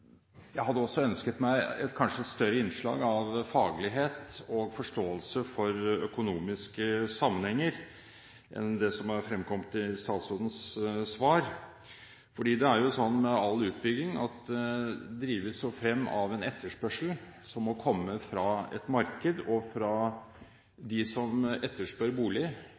jeg hadde ønsket meg et kanskje større innslag av faglighet og forståelse for økonomiske sammenhenger enn det som fremkom i statsrådens svar. All utbygging drives jo frem av en etterspørsel som må komme fra et marked, fra de som etterspør